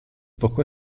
pourquoi